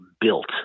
built